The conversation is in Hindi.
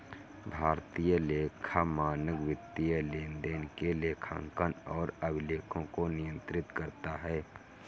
भारतीय लेखा मानक वित्तीय लेनदेन के लेखांकन और अभिलेखों को नियंत्रित करता है